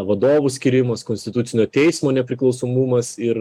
vadovų skyrimas konstitucinio teismo nepriklausomumas ir